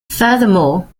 furthermore